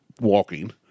walking